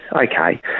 Okay